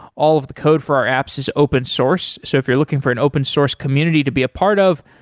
all of the code for our apps is open source. so if you're looking for an open source community to be a part of,